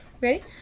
Ready